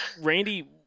Randy